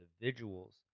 individuals